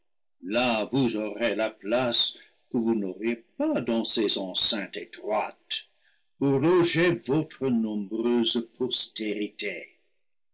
là vous aurez la place que vous n'auriez pas dans ces en ceintes étroites pour loger votre nombreuse postérité